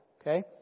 Okay